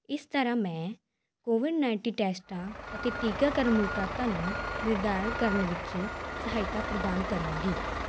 ਇਸ ਤਰ੍ਹਾਂ ਮੈਂ ਕੋਵਿਡ ਨਾਈਟੀ ਟੈਸਟਾਂ ਅਤੇ ਟੀਕਾਕਰਨ ਮੁਲਾਕਾਤਾਂ ਨੂੰ ਨਿਰਧਾਰਨ ਕਰਨ ਵਿੱਚ ਸਹਾਇਤਾ ਪ੍ਰਦਾਨ ਕਰਾਂਗੀ